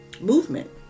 movement